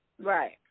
Right